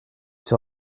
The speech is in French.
sur